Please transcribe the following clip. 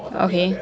okay